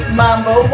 mambo